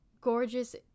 gorgeous